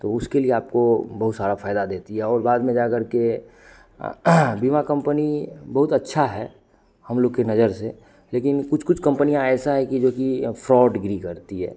तो उसके लिए आपको बहुत सारा फायदा देती है और बाद में जाकर के बीमा कंपनी बहुत अच्छी है हम लोग की नज़र से लेकिन कुछ कुछ कंपनियाँ ऐसी है कि जो कि फ्रॉडगिरी करती है